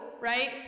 right